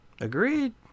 Agreed